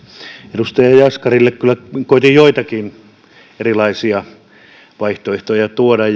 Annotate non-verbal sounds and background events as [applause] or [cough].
edustaja jaskarille kyllä koetin joitakin erilaisia vaihtoehtoja tuoda [unintelligible]